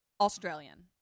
australian